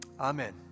Amen